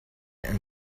and